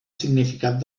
significat